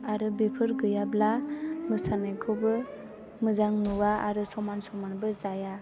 आरो बेफोर गैयाब्ला मोसानायखौबो मोजां नुआ आरो समान समानबो जाया